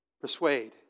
Persuade